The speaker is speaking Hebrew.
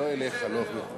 אלך הלוך,